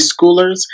schoolers